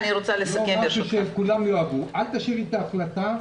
תשאירי את ההחלטה,